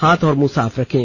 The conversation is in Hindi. हाथ और मुंह साफ रखें